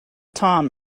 tom